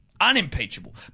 Unimpeachable